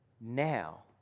now